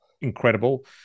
incredible